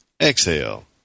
exhale